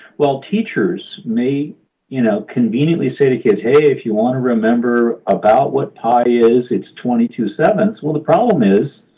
while teachers may you know conveniently say to kids, hey, if you want to remember about what pi is, it's twenty two seven. well, the problem is,